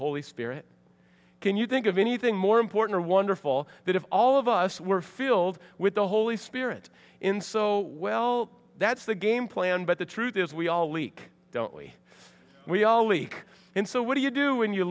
holy spirit can you think of anything more important or wonderful that if all of us were filled with the holy spirit in so well that's the game plan but the truth is we all leak don't we we all leak in so what do you do when you